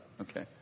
Okay